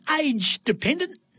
Age-dependent